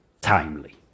timely